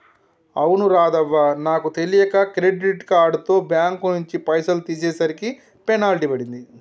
అవును రాధవ్వ నాకు తెలియక క్రెడిట్ కార్డుతో బ్యాంకు నుంచి పైసలు తీసేసరికి పెనాల్టీ పడింది